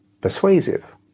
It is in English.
persuasive